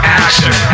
action